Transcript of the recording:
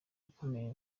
ukomeye